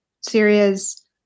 syria's